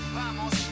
vamos